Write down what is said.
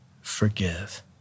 forgive